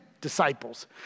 disciples